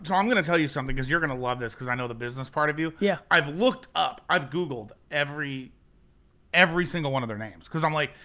so um gonna tell you something, cause you're gonna love this, cause i know the business part of you. yeah i've looked up, i've googled every every single one of their names. cause i'm like,